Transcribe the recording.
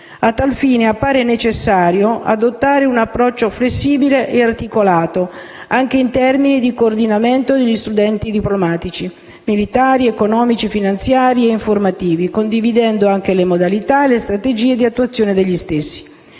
A tal fine, appare necessario adottare un approccio flessibile e articolato anche in termini di coordinamento degli strumenti diplomatici, militari, economici, finanziari e informativi, condividendo anche le modalità e le strategie di attuazione degli stessi.